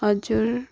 हजुर